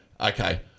okay